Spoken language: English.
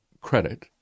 credit